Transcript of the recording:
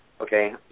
Okay